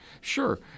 Sure